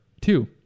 two